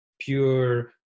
pure